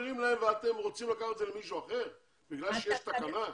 אז הם מעבירים להם ואתם רוצים לקחת את זה למישהו אחר בגלל שיש תקנה?